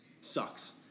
Sucks